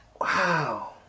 wow